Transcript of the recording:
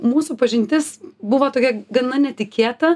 mūsų pažintis buvo tokia gana netikėta